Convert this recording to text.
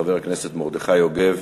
חבר הכנסת מרדכי יוגב,